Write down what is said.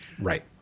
Right